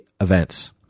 events